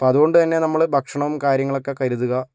അപ്പോൾ അതുകൊണ്ട് തന്നെ നമ്മൾ ഭക്ഷണം കാര്യങ്ങളൊക്കെ കരുതുക